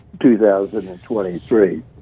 2023